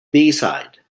bayside